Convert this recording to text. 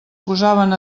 posaven